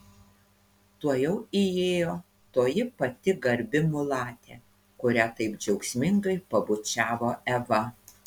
tuojau įėjo toji pati garbi mulatė kurią taip džiaugsmingai pabučiavo eva